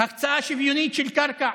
הקצאה שוויונית של קרקע.